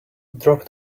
drop